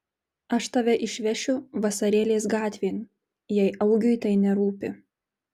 aš tave išvešiu vasarėlės gatvėn jei augiui tai nerūpi